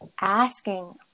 asking